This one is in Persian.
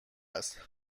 است